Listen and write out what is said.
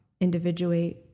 individuate